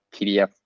PDF